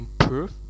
improve